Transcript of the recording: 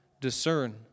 discern